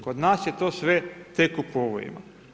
Kod nas je to sve tek u povojima.